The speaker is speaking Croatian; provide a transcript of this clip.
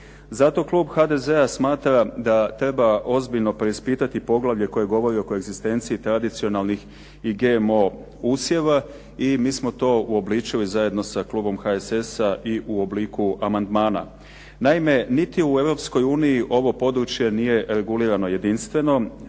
Zato klub HDZ-a smatra da treba ozbiljno preispitati poglavlje koje govori o koegzistenciji tradicionalnih i GMO usjeva i mi smo to uobličili zajedno sa klubom HSS-a i u obliku amandmana. Naime, niti u Europskoj uniji ovo područje nije regulirano jedinstveno.